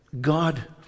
God